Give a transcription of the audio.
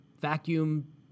vacuum